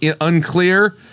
unclear